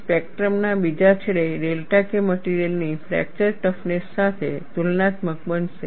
સ્પેક્ટ્રમના બીજા છેડે delta K material ની ફ્રેક્ચર ટફનેસ સાથે તુલનાત્મક બનશે